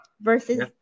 versus